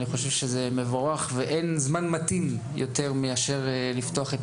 אני חושב שזה מבורך ואין זמן מתאים יותר מאשר לפתוח את